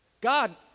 God